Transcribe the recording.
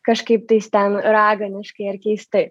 kažkaip tais ten raganiškai ar keistai